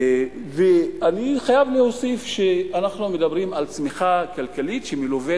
ואני חייב להוסיף שאנחנו מדברים על צמיחה כלכלית שמלווה